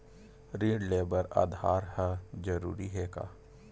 ऋण ले बर आधार ह जरूरी हे का?